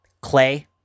Clay